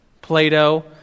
Plato